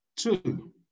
Two